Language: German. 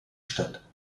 statt